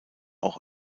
auch